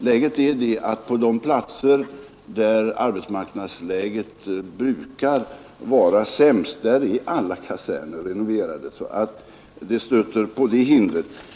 Läget är det att på de platser där arbetsmarknadsläget brukar vara sämst är snart alla kaserner renoverade, vilket lägger hinder i vägen i detta sammanhang.